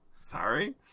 Sorry